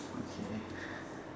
okay